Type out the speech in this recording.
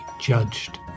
judged